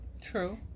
True